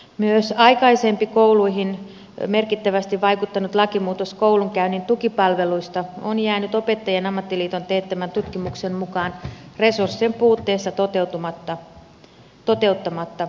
myös aikaisempi kouluihin merkittävästi vaikuttanut lakimuutos koulunkäynnin tukipalveluista on jäänyt opettajien ammattiliiton teettämän tutkimuksen mukaan resurssien puutteessa toteuttamatta